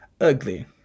ugly